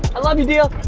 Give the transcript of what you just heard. i love you, dio.